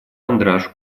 андраш